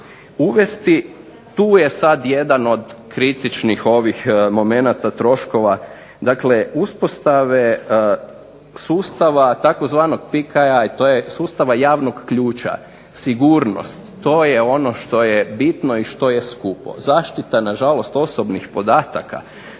uvesti tu je sada jedan od kritičnih momenata troškova dakle uspostave sustava tzv. PCI to je sustava javnog ključa, sigurnost. To je ono što je bitno i što je skupo. Zaštita nažalost osobnih podataka,